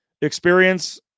experience